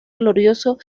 glorioso